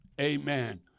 Amen